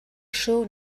show